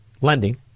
lending